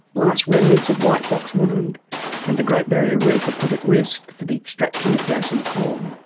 last remnants of white box woodland and the great barrier reef are put at risk for the extraction of gas and coal,